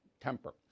temper